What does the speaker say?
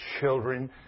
children